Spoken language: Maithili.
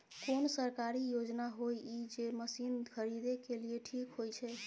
कोन सरकारी योजना होय इ जे मसीन खरीदे के लिए ठीक होय छै?